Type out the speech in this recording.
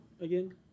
again